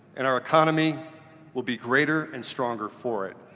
in our economy will be greater and stronger for it.